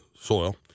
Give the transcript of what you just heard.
soil